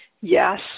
yes